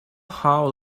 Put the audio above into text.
how